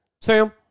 Sam